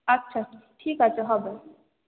আচ্ছা ঠিক আছে হবে